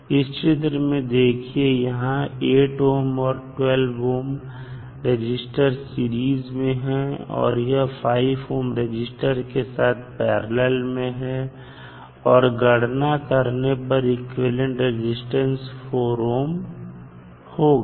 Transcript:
इस चित्र में देखिए यहां 8 ohm और 12 ohm रजिस्टर सीरीज में और यह 5 ohm रजिस्टर के साथ पैरलल में है और गणना करने पर इक्विवेलेंट रेजिस्टेंस 4 ohm होगा